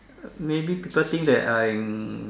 uh maybe people think that I'm